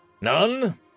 None